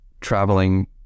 traveling